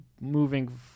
moving